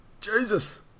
Jesus